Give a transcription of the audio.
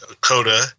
Coda